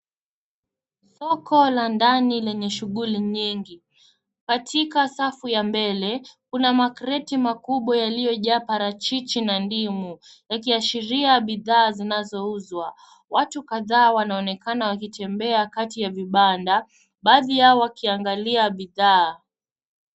Soko la ndani lenye shughuli nyingi. Katika safu ya mbele, kuna makreti makubwa yaliyojaa parachichi na ndimu yakiashiria bidhaa zinazouzwa. Watu kadhaa wanaonekana wakitembea kati ya vibanda, baadhi yao wakiangalia bidhaa.